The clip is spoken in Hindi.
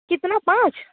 कितना पाँच